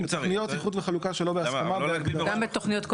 ואתם מכניסים עוד אלמנט שיצטרכו להכניס בתוכנית.